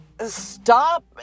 stop